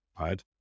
right